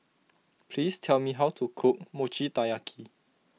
please tell me how to cook Mochi Taiyaki